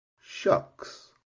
shucks